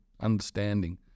understanding